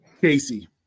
Casey